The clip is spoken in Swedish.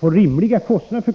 till rimliga kostnader?